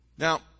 Now